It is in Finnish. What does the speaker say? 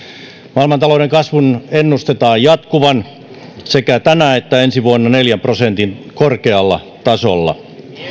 maailmantalouden kasvun ennustetaan jatkuvan sekä tänä että ensi vuonna neljän prosentin korkealla tasolla